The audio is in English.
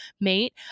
mate